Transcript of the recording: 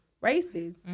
races